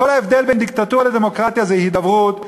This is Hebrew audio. כל ההבדל בין דיקטטורה לדמוקרטיה זה הידברות,